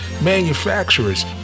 manufacturers